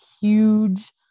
huge